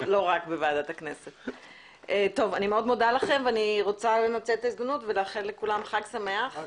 אני מאחלת לכולם חג שמח ובריא.